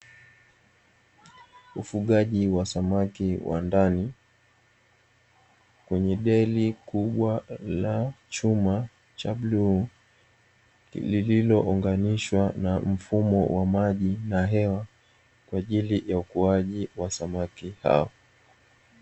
Ufugaji wa samaki wa ndani kwenye deri kubwa la chuma cha bluu, lililounganishwa na mfumo wa maji na hewa kwa ajili ya ukuaji wa samaki hao.